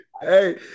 Hey